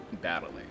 battling